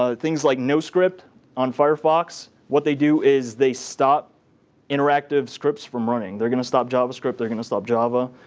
ah things like noscript on firefox, what they do is they stop interactive scripts from running. they're going to stop javascript, they're going to stop java,